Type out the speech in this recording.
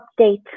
update